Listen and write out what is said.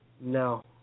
No